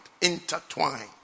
Intertwined